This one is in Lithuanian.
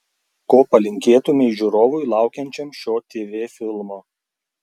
ko palinkėtumei žiūrovui laukiančiam šio tv filmo